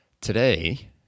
Today